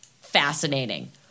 fascinating